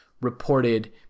reported